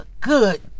good